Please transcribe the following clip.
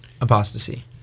apostasy